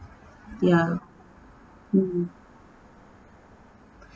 ya mm